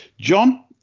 John